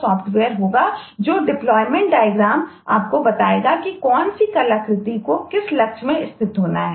सॉफ्टवेयरआपको बताएगा कि कौन सी कलाकृति को किस लक्ष्य में स्थित होना है